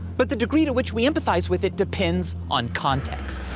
but the degree to which we empathize with it depends on context.